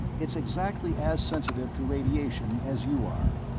it's exactly as sensitive to radiation as you are.